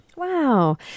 Wow